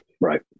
Right